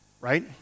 right